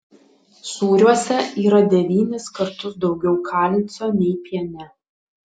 sūriuose yra devynis kartus daugiau kalcio nei piene